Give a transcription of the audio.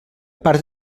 part